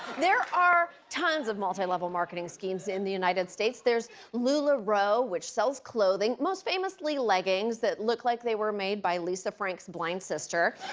there are tons of multi-level marketing schemes in the united states. there's lularoe, which sells clothing, most famously leggings that look like they were made by lisa frank's blind sister.